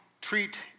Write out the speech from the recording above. treat